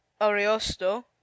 ariosto